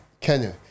Kenya